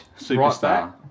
Superstar